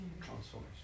Transformation